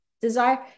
desire